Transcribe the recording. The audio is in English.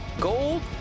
gold